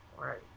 Right